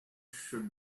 should